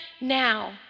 now